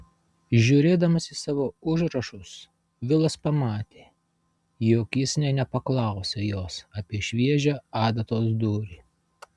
žiūrėdamas į savo užrašus vilas pamatė jog jis nė nepaklausė jos apie šviežią adatos dūrį